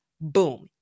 Boom